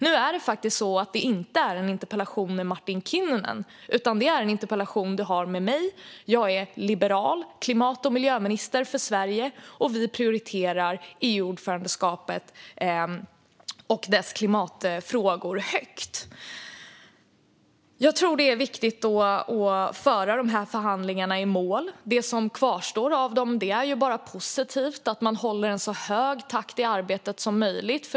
Nu är detta inte en interpellationsdebatt med Martin Kinnunen utan en interpellationsdebatt du har med mig. Jag är liberal klimat och miljöminister i Sverige, och vi prioriterar EU-ordförandeskapet och dess klimatfrågor högt. Jag tror att det är viktigt att föra dessa förhandlingar i mål. När det gäller det som kvarstår av dem är det bara positivt att man håller en så hög takt i arbetet som möjligt.